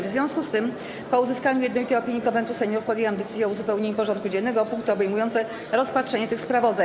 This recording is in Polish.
W związku z tym, po uzyskaniu jednolitej opinii Konwentu Seniorów, podjęłam decyzję o uzupełnieniu porządku dziennego o punkty obejmujące rozpatrzenie tych sprawozdań.